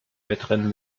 wettrennen